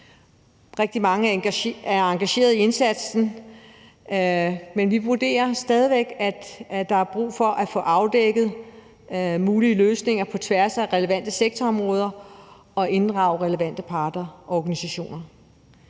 Rigtig mange er engageret i indsatsen, men vi vurderer stadig væk, at der er brug for at få afdækket mulige løsninger på tværs af relevante sektorområder og få inddraget relevante parter og organisationer.